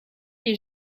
les